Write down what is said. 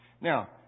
Now